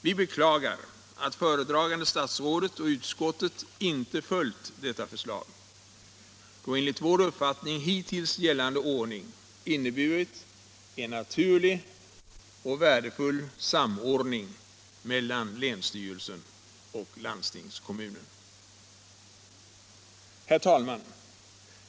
Vi beklagar att föredragande statsrådet och utskottet inte följt detta förslag, då enligt vår uppfattning hittills gällande ordning inneburit en naturlig och värdefull samordning mellan länsstyrelsen och landstingskommunen. Herr talman!